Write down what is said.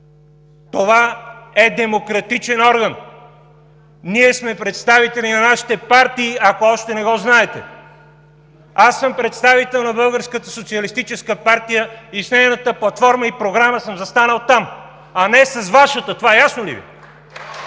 Това е демократичен орган. Ние сме представители на нашите партии, ако още не го знаете. Аз съм представител на Българската социалистическа партия и с нейната платформа и програма съм застанал там, а не с Вашата. Това ясно ли Ви